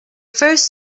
first